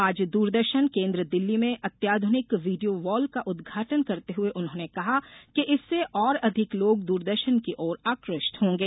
आज दूरदर्शन केन्द्र दिल्ली में अत्याधुनिक वीडियो वॉल का उदघाटन करते हए उन्होंने कहा कि इससे और अधिक लोग द्रदर्शन की ओर आकष्ट होगें